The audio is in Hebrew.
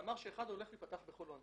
בחולון